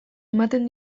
ematen